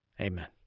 amen